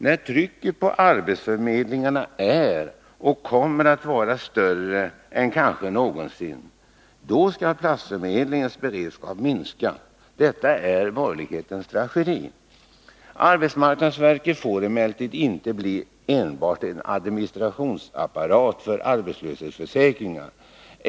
När trycket på arbetsförmedlingarna är och kommer att vara större än kanske någonsin — då skall platsförmedlingens beredskap minska. Detta är borgerlighetens strategi. Arbetsmarknadsverket får emellertid inte bli enbart en administrationsapparat för arbetslöshetsförsäkringar.